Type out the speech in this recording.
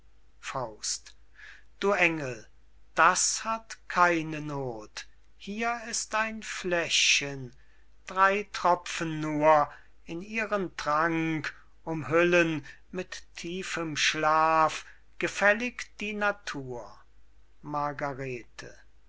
todt du engel das hat keine noth hier ist ein fläschchen drey tropfen nur in ihren trank umhüllen mit tiefem schlaf gefällig die natur margarete